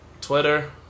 Twitter